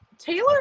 Taylor